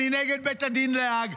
אני נגד בית הדין בהאג,